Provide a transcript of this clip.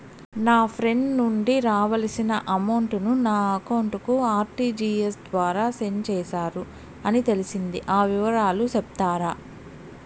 నా ఫ్రెండ్ నుండి రావాల్సిన అమౌంట్ ను నా అకౌంట్ కు ఆర్టిజియస్ ద్వారా సెండ్ చేశారు అని తెలిసింది, ఆ వివరాలు సెప్తారా?